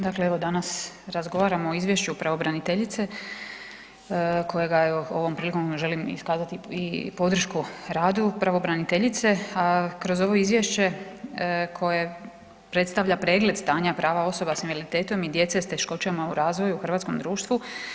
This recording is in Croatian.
Dakle, evo danas razgovaramo o izvješću pravobraniteljice kojega evo ovom prilikom želim iskazati i podršku radu pravobraniteljice, a kroz ovo izvješće koje predstavlja pregled stanja prava osoba s invaliditetom i djece s teškoćama u razvoju u hrvatskom društvu.